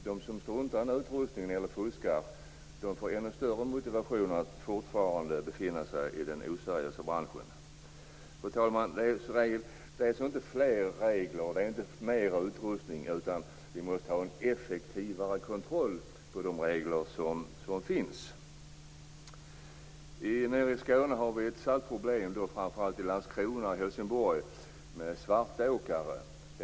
De som struntar i utrustningen, eller fuskar, får ännu större motivation att fortfarande befinna sig i den oseriösa branschen. Fru talman! Det är inte fler regler och mer utrustning vi skall ha, utan vi måste ha en effektivare kontroll med de regler som finns. I Skåne har vi ett särskilt problem, framför allt i Landskrona och Helsingborg, med svartåkare.